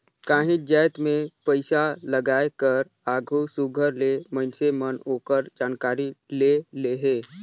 काहींच जाएत में पइसालगाए कर आघु सुग्घर ले मइनसे मन ओकर जानकारी ले लेहें